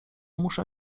muszę